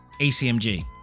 ACMG